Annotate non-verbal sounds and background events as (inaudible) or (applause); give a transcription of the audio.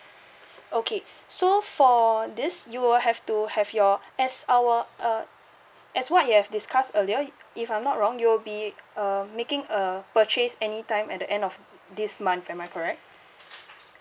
okay (breath) so for this you will have to have your as our uh as what you have discussed earlier if I'm not wrong you'll be uh making a purchase any time at the end of this month am I correct